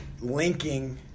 linking